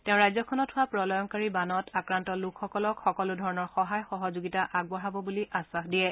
তেওঁ ৰাজ্যখনত হোৱা প্ৰলয়ংকাৰী বানত আক্ৰান্ত লোকসকলক সকলোধৰণৰ সহায় সহযোগিতা আগবঢ়াব বুলি আশ্বাস দিয়ে